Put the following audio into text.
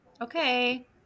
okay